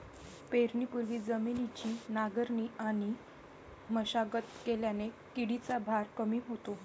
पेरणीपूर्वी जमिनीची नांगरणी आणि मशागत केल्याने किडीचा भार कमी होतो